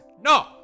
No